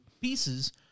pieces